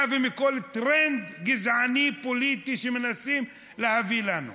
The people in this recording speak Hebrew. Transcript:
ומכל טרנד גזעני פוליטי שמנסים להביא לנו.